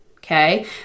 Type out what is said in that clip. Okay